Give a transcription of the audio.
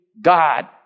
God